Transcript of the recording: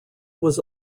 was